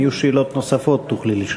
אם יהיו שאלות נוספות, תוכלי לשאול.